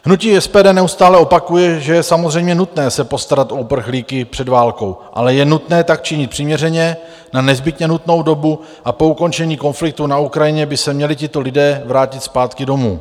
Hnutí SPD neustále opakuje, že je samozřejmě nutné se postarat o uprchlíky před válkou, ale je nutné tak činit přiměřeně, na nezbytně nutnou dobu a po ukončení konfliktu na Ukrajině by se měli tito lidé vrátit zpátky domů.